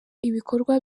ibikorwa